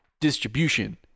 distribution